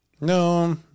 No